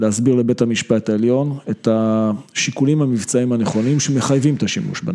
להסביר לבית המשפט העליון את השיקולים המבצעיים הנכונים שמחייבים את השימוש בנו.